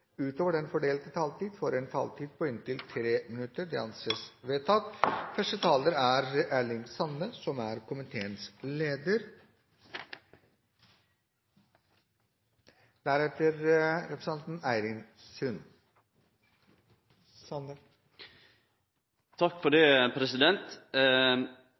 utover den fordelte taletid, får en taletid på inntil 3 minutter. – Det anses vedtatt. Komiteen er samlet om at det er viktig å gjennomføre foreslåtte endringer i kommuneloven og tilhørende forskrifter for